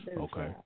Okay